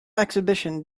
exhibition